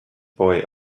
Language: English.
boy